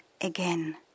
again